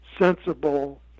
sensible